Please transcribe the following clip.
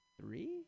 three